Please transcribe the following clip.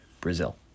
Brazil